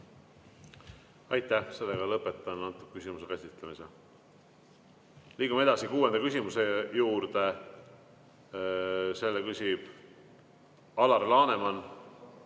Aitäh! Lõpetan selle küsimuse käsitlemise. Liigume edasi kuuenda küsimuse juurde. Selle küsib Alar Laneman,